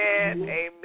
amen